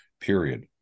period